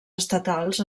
estatals